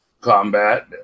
combat